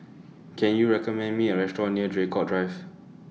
Can YOU recommend Me A Restaurant near Draycott Drive